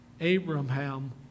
Abraham